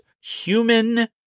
human